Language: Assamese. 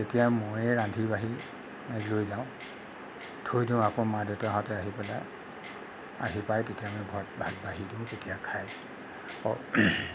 তেতিয়া ময়েই ৰান্ধি বাঢ়ি লৈ যাওঁ থৈ দিওঁ আকৌ মা দেউতাহঁতে আহি পেলাই আহি পায় তেতিয়া আমি ভাত বাঢ়ি দিওঁ তেতিয়া খায় আৰু